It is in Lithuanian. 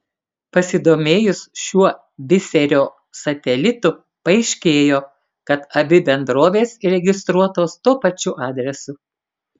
pasidomėjus šiuo biserio satelitu paaiškėjo kad abi bendrovės įregistruotos tuo pačiu adresu